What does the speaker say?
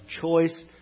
choice